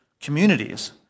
communities